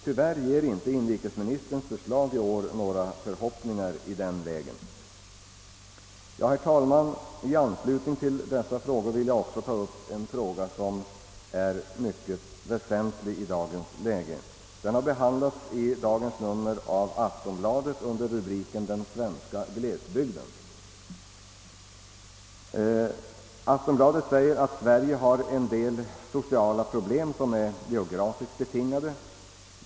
Tyvärr inger inte inrikesministerns förslag i år några förhoppningar i den vägen. Herr talman! I anslutning till dessa synpunkter vill jag också ta upp en fråga som är mycket väsentlig i dagens läge. Den har behandlats i dagens nummer av Aftonbladet under rubriken »Den svenska glesbygden». Aftonbladet säger att Sverige har en del sociala problem som är geografiskt betingade.